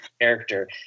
character